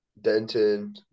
Denton